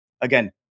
Again